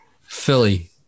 Philly